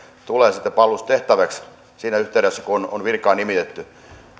palvelustehtäviksi siinä yhteydessä kun on virkaan nimitetty